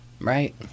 Right